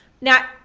Now